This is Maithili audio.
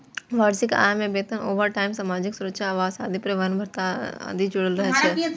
वार्षिक आय मे वेतन, ओवरटाइम, सामाजिक सुरक्षा, आवास आ परिवहन भत्ता आदि जुड़ल रहै छै